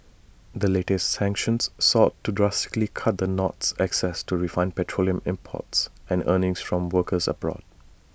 the latest sanctions sought to drastically cut the North's access to refined petroleum imports and earnings from workers abroad